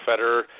Federer